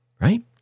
right